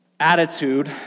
Attitude